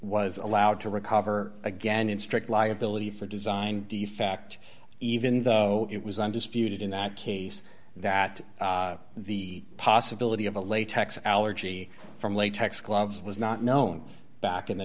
was allowed to recover again in strict liability for design defect even though it was undisputed in that case that the possibility of a latex allergy from latex gloves was not known back in the